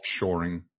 offshoring